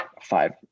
five